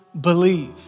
believe